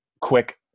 Quick